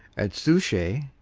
at sou chez,